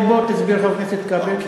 בוא תסביר, חבר הכנסת כבל.